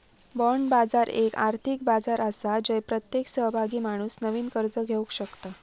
bond बाजार एक आर्थिक बाजार आसा जय प्रत्येक सहभागी माणूस नवीन कर्ज घेवक शकता